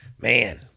man